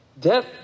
Death